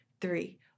three